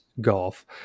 golf